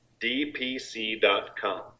dpc.com